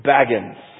Baggins